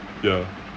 ya